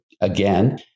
Again